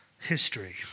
history